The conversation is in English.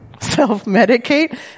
Self-medicate